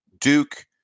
Duke